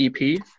EP